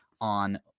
on